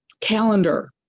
calendar